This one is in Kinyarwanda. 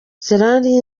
sinari